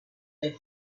they